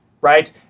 right